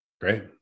great